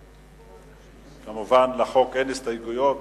כמובן, לחוק אין הסתייגויות,